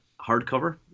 hardcover